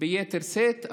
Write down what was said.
ביתר שאת,